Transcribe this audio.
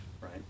right